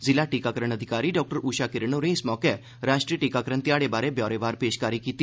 जिला टीकाकरण अधिकारी डाक्टर ऊषा किरण होरें इस मौके राष्ट्री टीकाकरण ध्याड़े बारै ब्यौरेवार पेशकारी कीती